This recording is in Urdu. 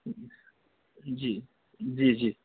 جی جی جی